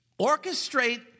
orchestrate